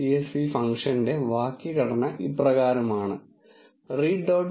csv ഫംഗ്ഷന്റെ വാക്യഘടന ഇപ്രകാരമാണ് read